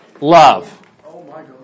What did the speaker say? love